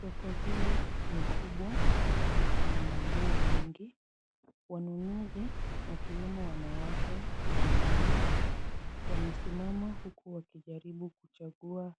Soko hili ni kubwa na kuna manguo mengi, wanunuzi wakiwemo wanawake na wanaume. Wamesimama huku wakijaribu kuchagua